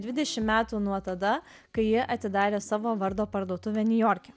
dvidešimt metų nuo tada kai jie atidarė savo vardo parduotuvę niujorke